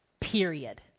period